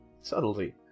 subtlety